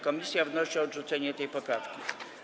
Komisja wnosi o odrzucenie tej poprawki.